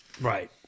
Right